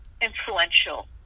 influential